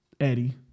Eddie